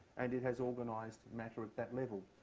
and it has organized matter at that level.